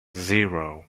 zero